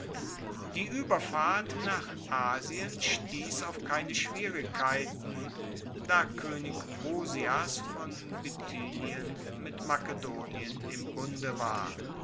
die ueberfahrt nach asien stiess auf keine schwierigkeiten da koenig prusias von bithynien mit makedonien im bunde war